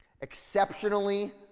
Exceptionally